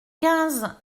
quinze